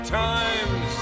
times